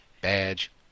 badge